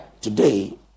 Today